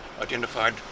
identified